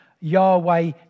Yahweh